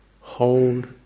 hold